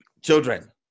children